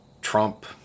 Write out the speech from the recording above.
Trump